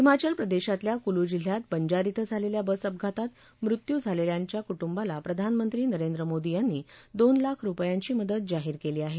हिमाचल प्रदेशातल्या कुलू जिल्ह्यात बंजार इथं झालेल्या बस अपघातात मृत्यू झालेल्यांच्या कु बिाला प्रधानमंत्री नरेंद्र मोदी यांनी यांनी दोन लाख रुपयांची मदत जाहीर केली आहे